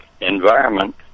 environment